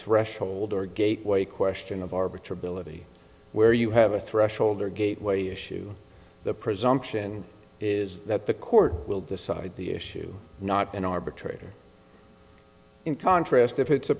threshold or gateway question of arbiter billet where you have a threshold or gateway issue the presumption is that the court will decide the issue not an arbitrator in contrast if it's a